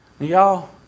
Y'all